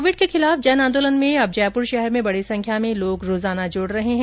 Covid के खिलाफ जन आंदोलन में अब जयपुर शहर में बड़ी संख्या में लोग रोजाना जुड़ रहे हैं